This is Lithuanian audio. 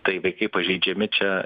tai vaikai pažeidžiami čia